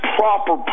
proper